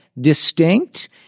distinct